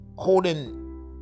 holding